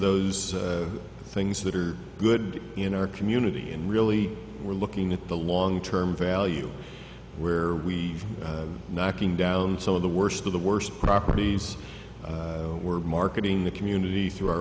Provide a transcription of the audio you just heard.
those things that are good in our community and really we're looking at the long term value where we've been knocking down some of the worst of the worst properties were marketing the community through our